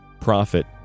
profit